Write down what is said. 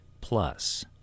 Plus